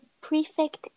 prefect